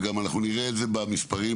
ואנחנו גם נראה זאת במספרים,